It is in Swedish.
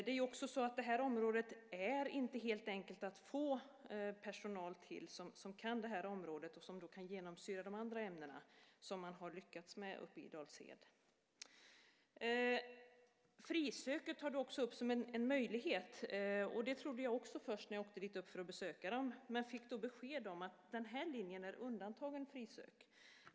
Det är inte heller helt enkelt att få personal som kan området och som kan genomsyra de andra ämnena så som man har lyckats med uppe i Dals Ed. Frisöket tar du också upp som en möjlighet. Det trodde jag också först när jag åkte dit för att besöka dem. Men jag fick besked om att den här linjen är undantagen frisök.